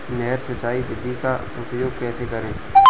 नहर सिंचाई विधि का उपयोग कैसे करें?